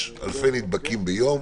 יש אלפי נדבקים ביום,